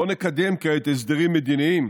לא נקדם כעת הסדרים מדיניים,